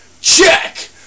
check